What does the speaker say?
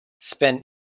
spent